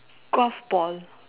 golf ball